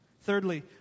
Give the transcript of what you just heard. Thirdly